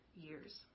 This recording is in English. years